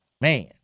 Man